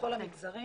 ובכל המגזרים.